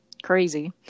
crazy